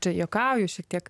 čia juokauju šiek tiek